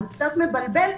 זה קצת מבלבל.